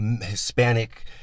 Hispanic